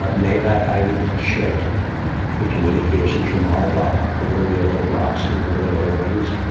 ah night i, i would shout the communications from our block over to the other blocks and over to the other wings.